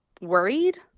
worried